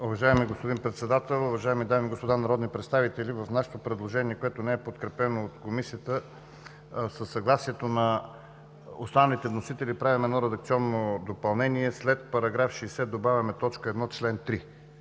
Уважаеми господин Председател, уважаеми дами и господа народни представители! В нашето предложение, което не е подкрепено от Комисията, със съгласието на останалите вносители, правим едно редакционно допълнение – след § 60, добавяме т. 1, чл. 3,